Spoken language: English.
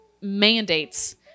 mandates